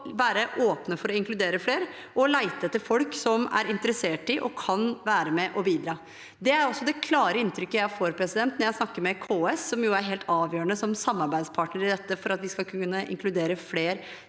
å være åpne for å inkludere flere og lete etter folk som er interessert i og kan være med på å bidra. Det er også det klare inntrykket jeg får når jeg snakker med KS, som jo er helt avgjørende som samarbeidspartnere for at vi skal kunne inkludere flere